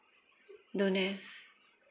don't have